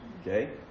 Okay